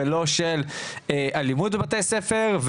ולא של אלימות בבתי ספר,